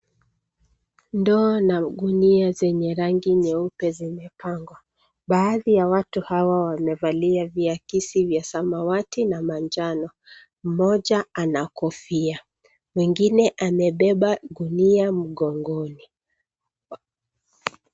Ndoo na gunia zenye rangi nyeupe zimepangwa. Baadhi ya watu hawa wamevalia viakisi vya samawati na manjano. Mmoja ana kofia. Mwingine amebeba gunia mgongoni.